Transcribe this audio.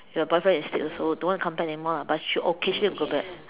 her boyfriend in states also don't want come back anymore lah but she occasionally will go back